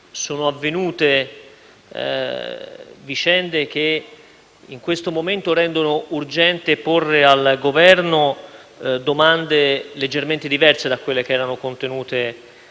sono avvenute vicende che in questo momento rendono urgente porre al Governo domande leggermente diverse da quelle contenute